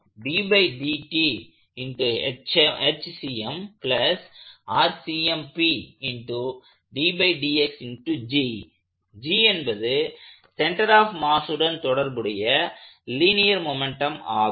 G என்பது centre of மாஸுடன் தொடர்புடைய லீனியர் மொமெண்ட்டம் ஆகும்